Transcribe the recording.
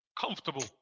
comfortable